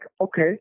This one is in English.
okay